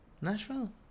Nashville